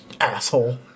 Asshole